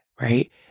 right